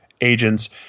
agents